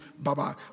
Bye-bye